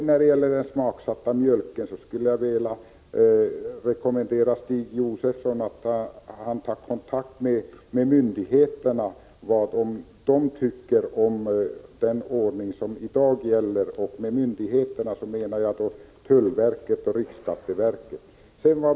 När det gäller skatten på den smaksatta mjölken skulle jag vilja rekommendera Stig Josefson att ta kontakt med tullverket och riksskatteverket och höra efter vad de tycker om den ordning som i dag gäller.